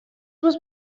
was